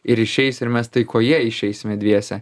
ir išeis ir mes taikoje išeisime dviese